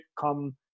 come